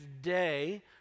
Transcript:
day